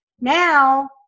now